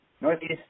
northeast